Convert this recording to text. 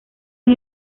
han